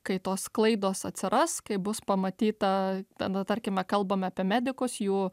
kai tos klaidos atsiras kai bus pamatyta tada tarkime kalbame apie medikus jų